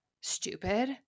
stupid